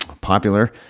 popular